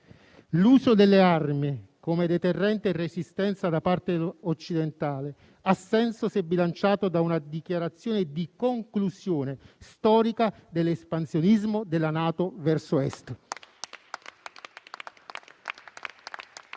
l'uso delle armi come deterrente e resistenza da parte occidentale, ha senso se bilanciato da una dichiarazione di conclusione storica dell'espansionismo della NATO verso Est.